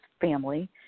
family